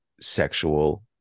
sexual